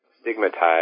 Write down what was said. stigmatized